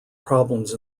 problems